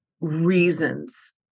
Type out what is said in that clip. reasons